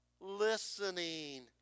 listening